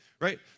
right